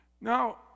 Now